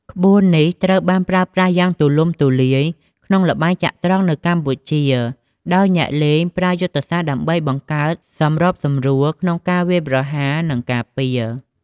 ក្បួននេះត្រូវបានប្រើប្រាស់យ៉ាងទូលំទូលាយក្នុងល្បែងចត្រង្គនៅកម្ពុជា ដោយអ្នកលេងប្រើយុទ្ធសាស្ត្រដើម្បីបង្កើតសម្របសម្រួលក្នុងការវាយប្រហារ និងការពារ។